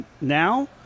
now